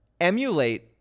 emulate